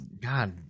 God